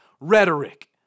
rhetoric